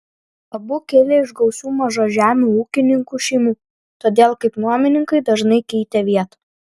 abu kilę iš gausių mažažemių ūkininkų šeimų todėl kaip nuomininkai dažnai keitė vietą